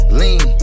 lean